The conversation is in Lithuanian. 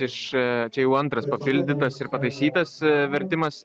iš čia jau antras papildytas ir pataisytas vertimas